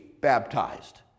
baptized